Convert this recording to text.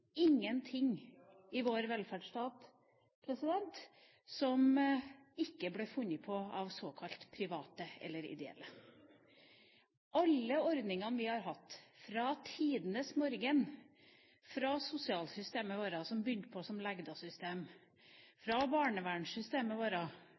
ingenting i vår velferdsstat som ikke er funnet på av såkalt private eller ideelle. Av alle de ordningene vi har hatt fra tidenes morgen – fra sosialsystemet vårt, som begynte som